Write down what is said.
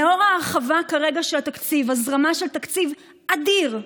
לאור ההרחבה כרגע של התקציב, הזרמה של תקציב אדיר,